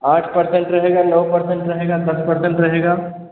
आठ पर्सेन्ट रहेगा नौ पर्सेन्ट रहेगा दस पर्सेन्ट रहेगा